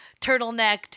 turtlenecked